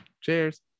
Cheers